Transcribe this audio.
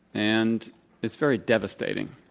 and it's very devastating.